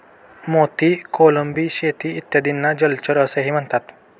मोती, कोळंबी शेती इत्यादींना जलचर असेही म्हणतात